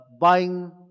buying